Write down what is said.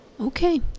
Okay